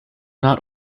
not